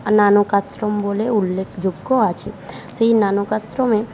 নানক আশ্রম বলে উল্লেখযোগ্য আছে সেই নানক আশ্রমে